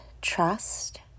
trust